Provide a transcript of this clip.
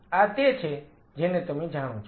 આ તે છે જેને તમે જાણો છો